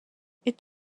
est